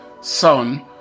son